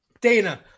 Dana